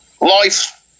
life